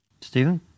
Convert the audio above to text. Stephen